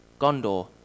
Gondor